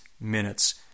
minutes